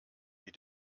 die